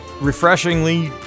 refreshingly